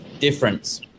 difference